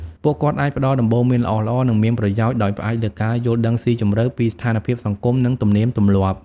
ពួកគាត់អាចផ្តល់ដំបូន្មានល្អៗ និងមានប្រយោជន៍ ដោយផ្អែកលើការយល់ដឹងស៊ីជម្រៅពីស្ថានភាពសង្គម និងទំនៀមទម្លាប់។